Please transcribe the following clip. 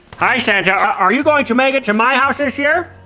hi santa. are you going to make it to my house this year?